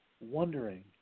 wondering